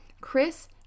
Chris